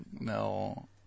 No